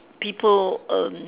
people erm